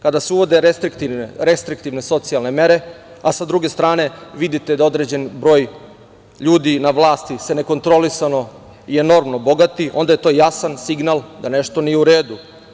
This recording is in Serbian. Kada se uvode restriktivne socijalne mere, a sa druge strane vidite da određen broj ljudi na vlasti se nekontrolisano i enormno bogati, onda je to jasan signal da nešto nije u redu.